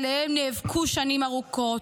שעליהם נאבקו שנים ארוכות.